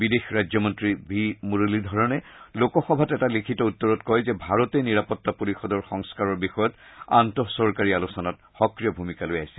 বিদেশ ৰাজ্যমন্তী ভি মুৰুলীধৰণে লোকসভাত এটা লিখিত উত্তৰত কয় যে ভাৰতে নিৰাপত্তা পৰিয়দৰ সংস্থাৰৰ বিষয়ত আন্তঃচৰকাৰী আলোচনাত সক্ৰিয় ভূমিকা লৈ আছে